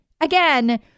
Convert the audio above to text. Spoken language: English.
Again